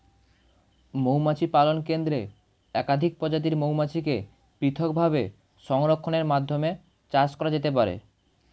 মৌমাছি পালন কেন্দ্রে একাধিক প্রজাতির মৌমাছিকে পৃথকভাবে সংরক্ষণের মাধ্যমে চাষ করা যেতে পারে